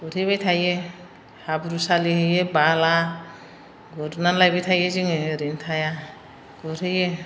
गुरहैबाय थायो हाब्रु सालिहैयो बाला गुरनानै लायबाय थायो जोङो ओरैनो थाया गुरहैयो